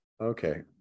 Okay